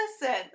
listen